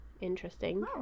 interesting